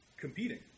competing